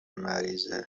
مریض